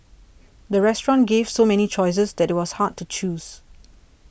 the restaurant gave so many choices that it was hard to choose